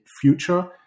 future